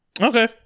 Okay